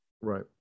right